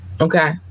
Okay